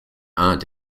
aren’t